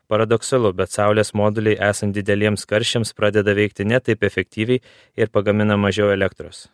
paradoksalu bet saulės moduliai esant dideliems karščiams pradeda veikti ne taip efektyviai ir pagamina mažiau elektros